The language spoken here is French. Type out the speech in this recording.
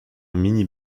mini